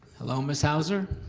hello ms. hauser,